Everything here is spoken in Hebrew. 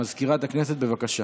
מזכירת הכנסת, בבקשה.